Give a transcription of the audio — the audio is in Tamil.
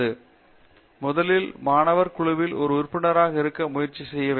பேராசிரியர் சத்யநாராயணன் என் கும்மாடி முதலில் மாணவர் குழுவில் ஒரு உறுப்பினராக இருக்க முயற்சி செய்ய வேண்டும்